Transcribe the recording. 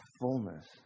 fullness